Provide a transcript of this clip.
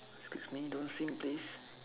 ah excuse me don't sing please